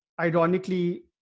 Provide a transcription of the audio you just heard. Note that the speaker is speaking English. Ironically